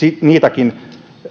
niitäkin